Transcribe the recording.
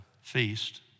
feast